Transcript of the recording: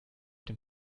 dem